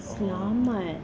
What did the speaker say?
oh